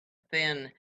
thin